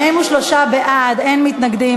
43 בעד, אין מתנגדים.